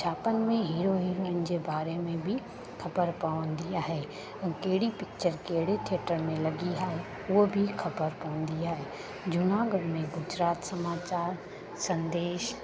छापनि में हिरोइनिन जे बारे में बि ख़बर पवंदी आहे कहिड़ी पिच्चर कहिड़े थिएटर में लॻी आहे उहो बि ख़बर पवंदी आहे जूनागढ़ में गुजरात समाचार संदेश